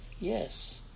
Yes